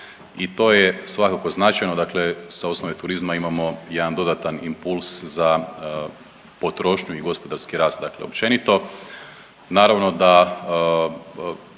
I to je svakako značajno, dakle sa osnove turizma imamo jedan dodatan impuls za potrošnju i gospodarski rast dakle općenito.